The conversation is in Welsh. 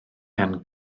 gan